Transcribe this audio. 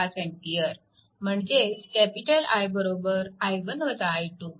5 A म्हणजेच I i1 i2